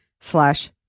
slash